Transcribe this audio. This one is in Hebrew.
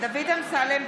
(קוראת בשמות חברי הכנסת) דוד אמסלם,